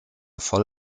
voll